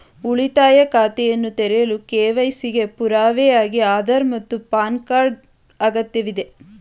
ಉಳಿತಾಯ ಖಾತೆಯನ್ನು ತೆರೆಯಲು ಕೆ.ವೈ.ಸಿ ಗೆ ಪುರಾವೆಯಾಗಿ ಆಧಾರ್ ಮತ್ತು ಪ್ಯಾನ್ ಕಾರ್ಡ್ ಅಗತ್ಯವಿದೆ